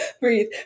breathe